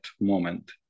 moment